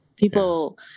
People